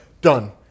done